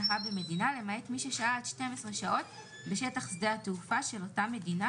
שהה במדינה למעט מי ששהה עד 12 שעות בשטח שדה התעופה של אותה מדינה,